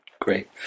Great